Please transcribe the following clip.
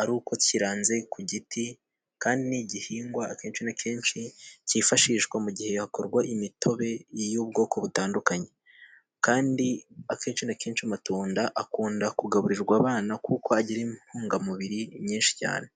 ari uko kiranze ku giti kandi igihingwa akenshi na kenshi kifashishwa mu gihe hakorwa imitobe y'ubwoko butandukanye. Kandi akenshi na kenshi amatunda akunda kugaburirwa abana kuko agira intungamubiri nyinshi cyane.